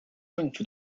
政府